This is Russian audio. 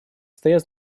стоят